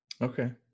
Okay